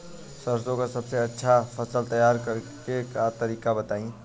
सरसों का सबसे अच्छा फसल तैयार करने का तरीका बताई